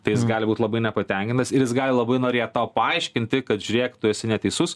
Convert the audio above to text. ta jis gali būt labai nepatenkintas ir jis gali labai norėt tau paaiškinti kad žiūrėk tu esi neteisus